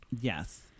yes